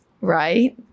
right